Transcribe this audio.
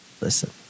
listen